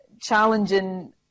challenging